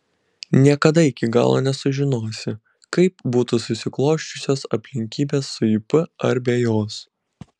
niekada iki galo nesužinosi kaip būtų susiklosčiusios aplinkybės su ip ar be jos